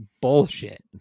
Bullshit